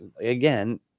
again